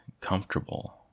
comfortable